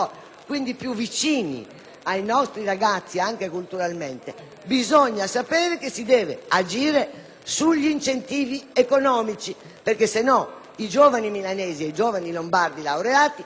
ai nostri ragazzi anche culturalmente, bisogna sapere che si deve agire sugli incentivi economici perché altrimenti i giovani milanesi o lombardi neolaureati non andranno a